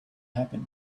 happen